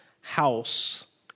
house